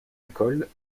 école